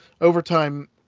overtime